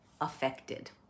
affected